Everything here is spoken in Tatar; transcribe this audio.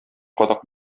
кадак